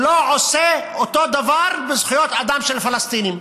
שלא עושה אותו דבר בזכויות אדם של הפלסטינים,